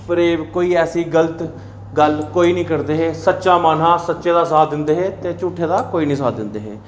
फरेब कोई ऐसी गलत गल्ल कोई निं करदे हे सच्चा मन हा सच दा साथ दिंदे हे ते झूठै दा कोई निं साथ दिंदे हे